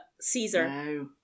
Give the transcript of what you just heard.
Caesar